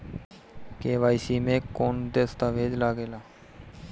KYC मे कौन दश्तावेज लागेला?